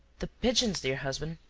the pigeons, dear husband.